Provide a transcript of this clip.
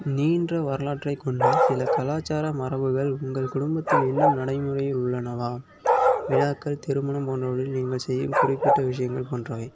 நீண்ட வரலாற்றைக்கொண்ட சில கலாச்சார மரபுகள் உங்கள் குடும்பத்தில் இன்னும் நடைமுறையில் உள்ளனவா விழாக்கள் திருமணம் போன்றவைகளில் நீங்கள் செய்யும் குறிப்பிட்ட விஷயங்கள் போன்றவை